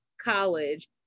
college